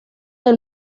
del